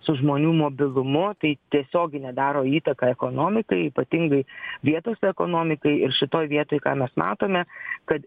su žmonių mobilumu tai tiesioginę daro įtaką ekonomikai ypatingai vietos ekonomikai ir šitoj vietoj ką mes matome kad